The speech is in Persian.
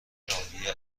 ژانویه